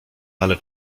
ale